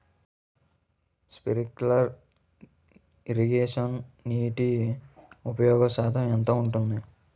Sprinkler ఇరగేషన్లో నీటి ఉపయోగ శాతం ఎంత ఉంటుంది?